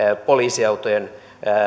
poliisiautojen